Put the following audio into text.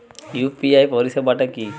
UPI পরিসেবাটা কি?